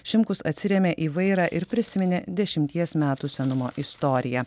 šimkus atsirėmė į vairą ir prisiminė dešimties metų senumo istoriją